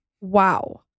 Wow